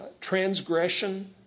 transgression